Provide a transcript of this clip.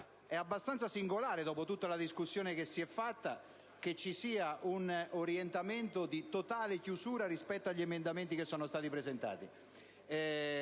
è abbastanza singolare, dopo tutta la discussione che si è svolta, che ci sia un orientamento di totale chiusura rispetto agli emendamenti che sono stati presentati,